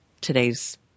today's